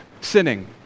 sinning